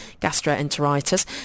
gastroenteritis